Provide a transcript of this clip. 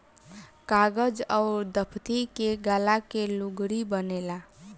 कागज अउर दफ़्ती के गाला के लुगरी बनेला